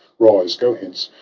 rise, go hence,